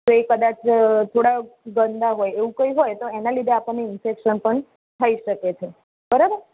તો એ કદાચ થોડા ગંદા હોય એવું કાંઈ હોય એના લીધે આપણને ઇન્ફેકશન પણ થઈ શકે છે બરાબર